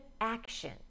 action